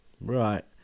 Right